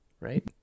right